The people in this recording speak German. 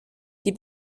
die